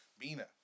Mina